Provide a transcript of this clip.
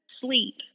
sleep